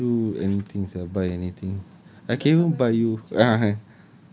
rich can do anything sia buy anything I can even buy you